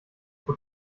pro